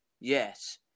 Yes